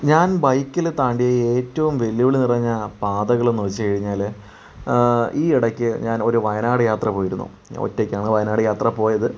ഞാൻ ബൈക്കിൽ താണ്ടിയ ഏറ്റവും വെല്ലുവിളി നിറഞ്ഞ ആ പാതകൾ എന്ന് വെച്ചു കഴിഞ്ഞാൽ ഈ ഇടക്ക് ഞാൻ ഒരു വയനാടൻ യാത്ര പോയിരുന്നു ഞാൻ ഒറ്റക്കാണ് വയനാടൻ യാത്ര പോയത്